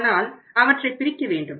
ஆனால் அவற்றை பிரிக்க வேண்டும்